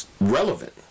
relevant